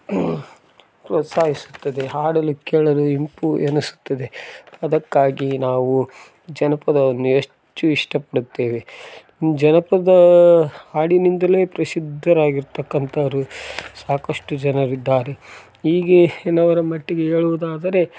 ಪ್ರೋತ್ಸಾಹಿಸುತ್ತದೆ ಹಾಡಲು ಕೇಳಲು ಇಂಪು ಎನಿಸುತ್ತದೆ ಅದಕ್ಕಾಗಿ ನಾವು ಜನಪದವನ್ನು ಹೆಚ್ಚು ಇಷ್ಟ ಪಡುತ್ತೇವೆ ಜನಪದ ಹಾಡಿನಿಂದಲೆ ಪ್ರಸಿದ್ದರಾಗಿ ಇರತಕ್ಕಂತವ್ರು ಸಾಕಷ್ಟು ಜನರಿದ್ದಾರೆ ಹೀಗೆ ಎನ್ನವರ ಮಟ್ಟಿಗೆ ಹೇಳುದಾದರೆ